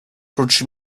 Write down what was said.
prócz